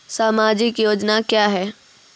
समाजिक योजना क्या हैं?